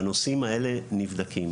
והנושאים האלה נבדקים.